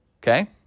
Okay